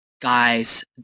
guys